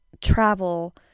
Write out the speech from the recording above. travel